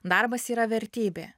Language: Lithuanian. darbas yra vertybė